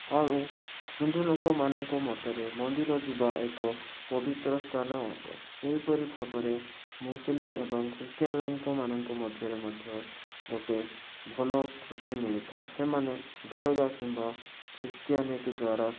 ଆଉ ହିନ୍ଦୁ ଲୋକମାନଙ୍କ ମତରେ ମନ୍ଦିର ଯିବା ଏକ ପବିତ୍ର ସ୍ଥାନ ଅଟେ ସେହିପରି ଭାବରେ ମୁସଲିମ୍ ଏବଂ ଖ୍ରୀଷ୍ଟିୟାନ୍ ମାନଙ୍କ ମଧ୍ୟରେ ମଧ୍ୟ ଗୋଟେ ଭଲ ଖୁସି ମିଳିଥାଏ ସେମାନେ ଦରଘା କିମ୍ବା ଖ୍ରୀଷ୍ଟୀୟାନିଟି ଦ୍ଵାରା